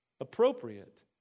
Appropriate